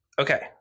Okay